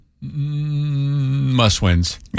Must-wins